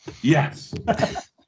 Yes